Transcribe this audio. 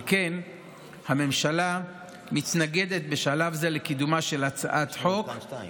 על כן הממשלה מתנגדת בשלב זה לקידומה של הצעת החוק,